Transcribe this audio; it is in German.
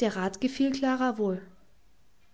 der rat gefiel klara wohl